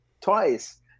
twice